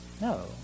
No